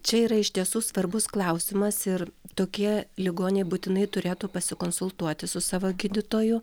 čia yra iš tiesų svarbus klausimas ir tokie ligoniai būtinai turėtų pasikonsultuoti su savo gydytoju